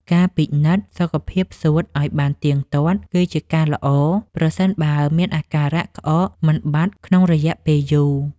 ការពិនិត្យសុខភាពសួតឱ្យបានទៀងទាត់គឺជាការល្អ ប្រសិនបើមានអាការៈក្អកមិនបាត់ក្នុងរយៈពេលយូរ។